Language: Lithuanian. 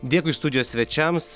dėkui studijos svečiams